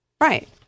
right